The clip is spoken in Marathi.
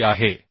आभारी आहे